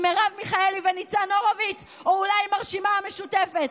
עם מרב מיכאלי וניצן הורביץ או אולי עם הרשימה המשותפת?